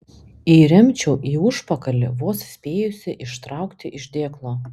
įremčiau į užpakalį vos spėjusi ištraukti iš dėklo